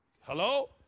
Hello